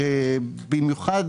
במיוחד